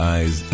Eyes